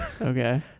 Okay